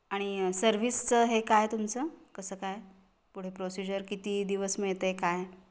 आणि सर्विसचं हे काय तुमचं कसं काय पुढे प्रोसिजर किती दिवस मिळते आहे काय